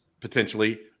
potentially